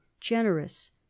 generous